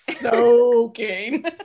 soaking